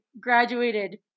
graduated